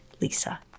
Lisa